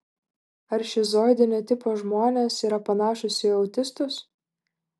ar šizoidinio tipo žmonės yra panašūs į autistus